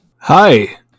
Hi